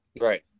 Right